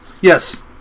yes